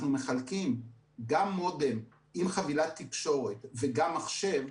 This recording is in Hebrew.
מחלקים גם מודם עם חבילת תקשורת וגם מחשב,